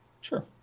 sure